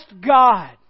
God